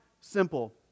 Simple